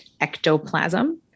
ectoplasm